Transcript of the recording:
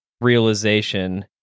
realization